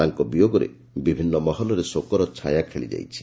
ତାଙ୍କ ବିୟୋଗରେ ବିଭିନ୍ନ ମହଲରେ ଶୋକର ଛାୟା ଖେଳିଯାଇଛି